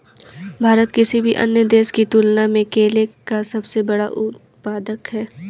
भारत किसी भी अन्य देश की तुलना में केले का सबसे बड़ा उत्पादक है